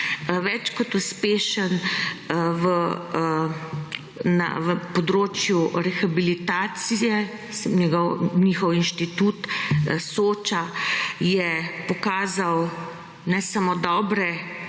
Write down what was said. Več kot uspešen na področju rehabilitacije. Njihov inštitut Soča je pokazal ne samo dobre